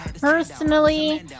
personally